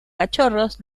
cachorros